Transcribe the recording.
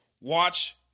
Watch